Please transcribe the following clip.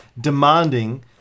demanding